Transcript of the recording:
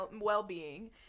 well-being